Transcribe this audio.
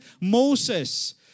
Moses